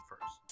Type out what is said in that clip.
first